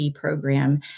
program